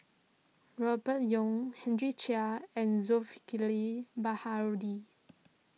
Robert Yeo Henry Chia and Zulkifli Baharudin